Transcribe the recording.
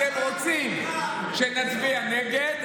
אתם רוצים שנצביע נגד,